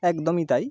একদমই তাই